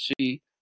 see